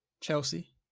Chelsea